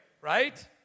right